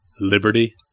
liberty